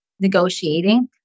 negotiating